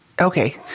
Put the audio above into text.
Okay